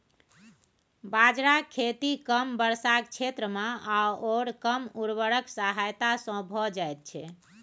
बाजराक खेती कम वर्षाक क्षेत्रमे आओर कम उर्वरकक सहायता सँ भए जाइत छै